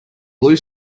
blue